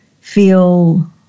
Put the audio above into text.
feel